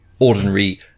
ordinary